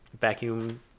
Vacuum